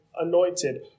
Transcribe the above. anointed